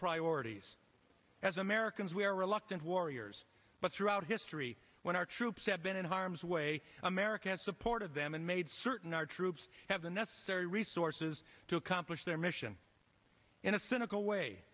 priorities as americans we are reluctant warriors but throughout history when our troops have been in harm's way american support of them and made certain our troops have the necessary resources to accomplish their mission in a cynical way